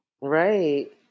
Right